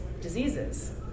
diseases